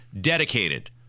dedicated